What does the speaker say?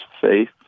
faith